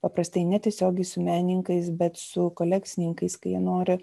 paprastai netiesiogiai su menininkais bet su kolekcininkais kai jie nori